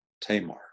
Tamar